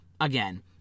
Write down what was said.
again